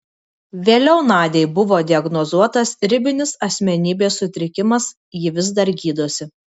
vėliau nadiai buvo diagnozuotas ribinis asmenybės sutrikimas ji vis dar gydosi